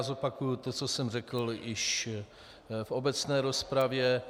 Zopakuju to, co jsem řekl již v obecné rozpravě.